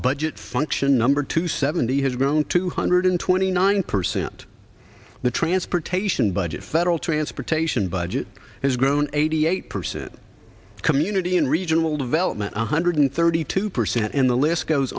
budget function number two seventy has grown two hundred twenty nine percent the transportation budget federal transportation budget has grown eighty eight percent community and regional development one hundred thirty two percent and the list goes